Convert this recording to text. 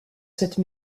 cette